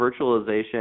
virtualization